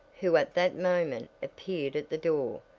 who at that moment appeared at the door.